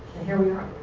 here we are.